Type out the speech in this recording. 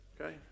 Okay